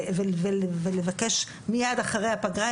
ולבקש מייד אחרי הפגרה,